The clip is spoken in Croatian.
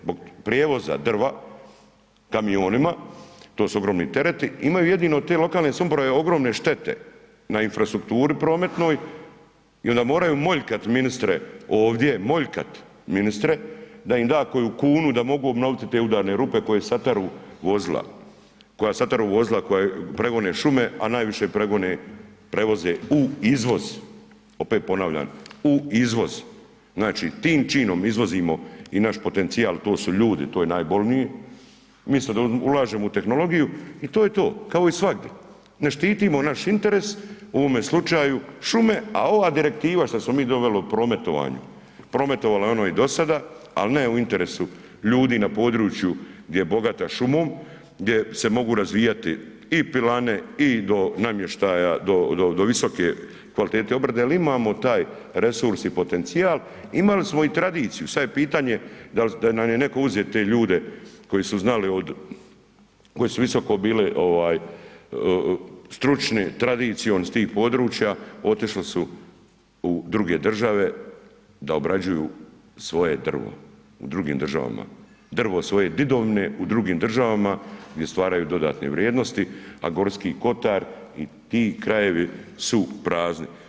Zbog prijevoza drva kamionima, to su ogromni tereti, imaju jedino te lokalne samouprave ogromne štete na infrastrukturi prometnoj i onda moraju moljkat ministre ovdje, moljkat ministre da im da koju kunu da mogu obnovit te udarne rupe koje sataru vozila, koja sataru vozila koja pregone šume, a najviše pregone, prevoze u izvoz, opet ponavljam u izvoz, znači tim činom izvozimo i naš potencijal, to su ljudi, to je najbolnije, misto da ulaže u tehnologiju i to je to kao i svagdi, ne štitimo naš interes, u ovome slučaju šume, a ova direktiva što smo mi doveli u prometovanju, prometovalo je ono i do sada, al ne u interesu ljudi na području gdje je bogata šumom, gdje se mogu razvijati i pilane i do namještaja, do, do visoke kvalitete obrade, al imamo taj resurs i potencijal, imali smo i tradiciju, sad je pitanje dal, dal nam je netko uzeo te ljude koji su znali od, koji su visoko bili ovaj stručni tradicijom iz tih područja, otišli su u druge države da obrađuju svoje drvo u drugim državama, drvo svoje didovine u drugim državama gdje stvaraju dodatne vrijednosti, a Gorski kotar i ti krajevi su prazni.